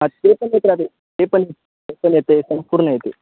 हा ते पण येत राहते ते पण ते पण येते स पूर्ण येत